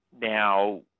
Now